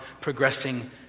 progressing